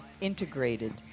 integrated